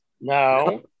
No